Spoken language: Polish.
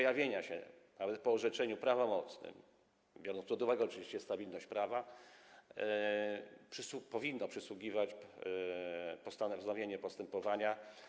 I nawet po orzeczeniu prawomocnym, biorąc pod uwagę oczywiście stabilność prawa, powinno przysługiwać wznowienie postępowania.